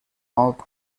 north